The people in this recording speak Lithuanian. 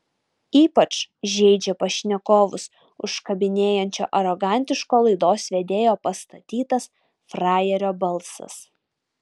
ypač žeidžia pašnekovus užkabinėjančio arogantiško laidos vedėjo pastatytas frajerio balsas